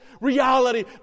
reality